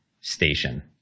station